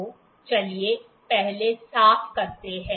तो चलिए पहले साफ करते हैं